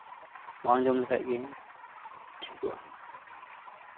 ᱵᱟᱝ ᱡᱚᱢ ᱞᱮᱠᱷᱟᱡ ᱜᱮ ᱴᱷᱤᱠᱚᱜᱼᱟ